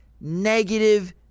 Negative